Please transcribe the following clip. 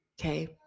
Okay